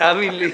תאמין לי.